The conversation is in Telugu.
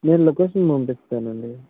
నేను లొకేషన్ పంపిస్తానండి